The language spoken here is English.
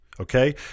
Okay